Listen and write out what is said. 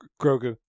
Grogu